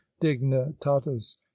dignitatis